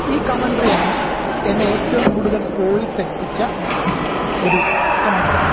ഈ കമൻട്രിയാണ് എന്നെ ഏറ്റവും കൂടുതൽ കോരിത്തരിപ്പിച്ച ഒരു കമൻട്രി